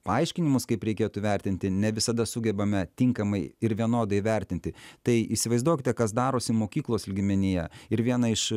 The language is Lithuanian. paaiškinimus kaip reikėtų vertinti ne visada sugebame tinkamai ir vienodai vertinti tai įsivaizduokite kas darosi mokyklos lygmenyje ir viena iš